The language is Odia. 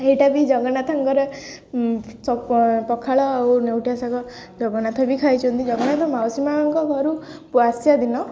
ଏଇଟା ବି ଜଗନ୍ନାଥଙ୍କର ପଖାଳ ଆଉ ନେଉଟିଆ ଶାଗ ଜଗନ୍ନାଥ ବି ଖାଇଛନ୍ତି ଜଗନ୍ନାଥ ମାଉସୀ ମା'ଙ୍କ ଘରୁ ଆସିିବା ଦିନ